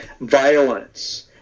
violence